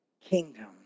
kingdom